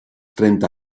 trenta